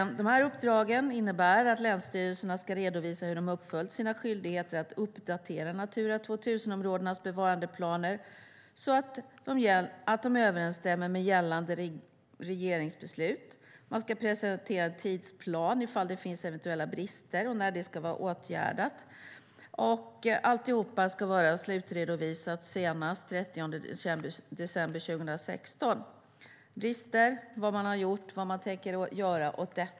Uppdragen innebär att länsstyrelserna ska redovisa hur de följt upp sina skyldigheter att uppdatera Natura 2000-områdenas bevarandeplaner så att de överensstämmer med gällande regeringsbeslut. Man ska presentera en tidsplan för när eventuella brister ska vara åtgärdade. Alltihop ska vara slutredovisat senast den 30 december 2016 - brister, vad man har gjort och vad man tänker göra åt dem.